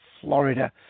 Florida